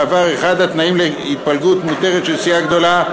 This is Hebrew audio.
בעבר אחד התנאים להתפלגות מותרת של סיעה גדולה,